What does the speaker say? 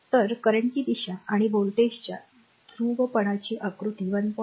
तर करंटची दिशा आणि व्होल्टेजच्या ध्रुवपणाची आकृती 1